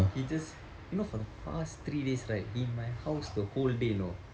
he just you know for the past three days right he in my house the whole day you know